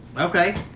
Okay